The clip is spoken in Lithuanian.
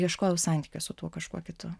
ieškojau santykio su tuo kažkuo kitu